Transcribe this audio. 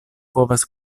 povas